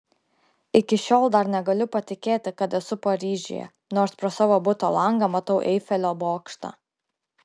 iki šiol dar negaliu patikėti kad esu paryžiuje nors pro savo buto langą matau eifelio bokštą